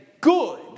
good